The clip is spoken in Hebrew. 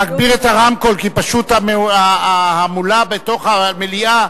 להגביר את הרמקול, כי ההמולה בתוך המליאה,